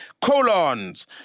Colons